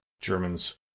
Germans